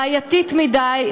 בעייתית מדי,